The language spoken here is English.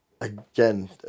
Again